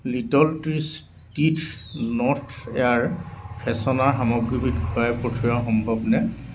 little trees north air freshener সামগ্ৰীবিধ ঘূৰাই পঠিওৱা সম্ভৱনে